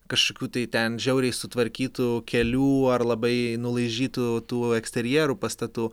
kažkokių tai ten žiauriai sutvarkytų kelių ar labai nulaižytų tų eksterjerų pastatų